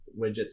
widgets